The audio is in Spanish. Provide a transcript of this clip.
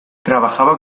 trabajaba